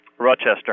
Rochester